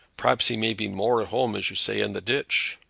perhaps he may be more at home, as you say, in the ditch.